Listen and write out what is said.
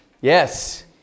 yes